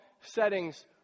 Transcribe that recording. settings